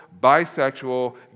bisexual